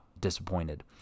disappointed